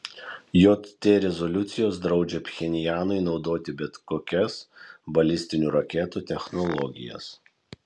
jt rezoliucijos draudžia pchenjanui naudoti bet kokias balistinių raketų technologijas